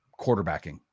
quarterbacking